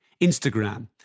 Instagram